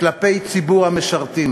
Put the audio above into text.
כלפי ציבור המשרתים.